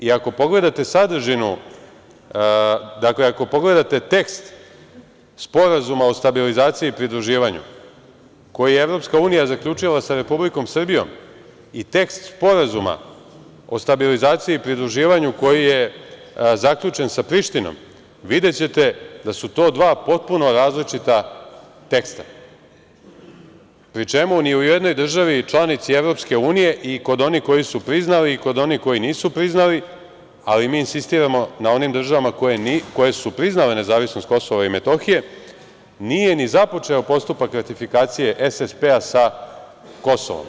Iako pogledate sadržinu, dakle ako pogledate tekst Sporazuma o stabilizaciji i pridruživanju koji je EU zaključila sa Republikom Srbijom i tekst sporazuma o stabilizaciji i pridruživanju koji je zaključen sa Prištinom, videćete da su to dva potpuno različita teksta, pri čemu ni u jednoj državi članici EU i kod onih koji su priznali i kod onih koji nisu priznali, ali mi insistiramo na onim državama koje su priznale nezavisnost KiM nije ni započeo postupak ratifikacije SSP sa Kosovom.